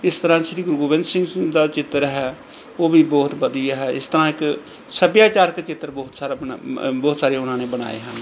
ਇਸ ਤਰ੍ਹਾਂ ਸ਼੍ਰੀ ਗੁਰੂ ਗੋਬਿੰਦ ਸਿੰਘ ਦਾ ਚਿੱਤਰ ਹੈ ਉਹ ਵੀ ਬਹੁਤ ਵਧੀਆ ਹੈ ਇਸ ਤਰ੍ਹਾਂ ਇੱਕ ਸੱਭਿਆਚਾਰਕ ਚਿੱਤਰ ਬਹੁਤ ਸਾਰਾ ਬਣ ਬਹੁਤ ਸਾਰੇ ਉਹਨਾਂ ਨੇ ਬਣਾਏ ਹਨ